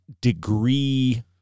degree